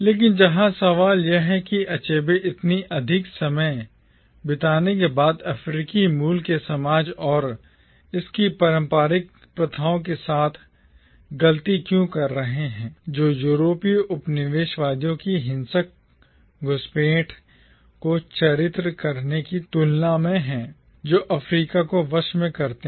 लेकिन यहाँ सवाल यह है कि अचेबे इतनी अधिक समय बिताने के बाद अफ्रीकी मूल के समाज और इसकी पारंपरिक प्रथाओं के साथ गलती क्यों कर रहे हैं जो यूरोपीय उपनिवेशवादियों की हिंसक घुसपैठ को चित्रित करने की तुलना में है जो अफ्रीका को वश में करते हैं